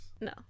No